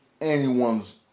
anyone's